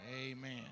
Amen